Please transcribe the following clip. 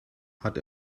hat